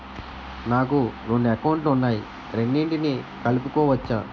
నాకు రెండు అకౌంట్ లు ఉన్నాయి రెండిటినీ కలుపుకోవచ్చా?